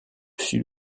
sud